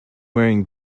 wearing